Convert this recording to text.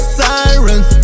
sirens